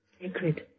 sacred